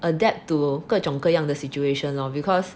adapt to 各种各样的 situation lor because